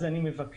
אז אני מבקש,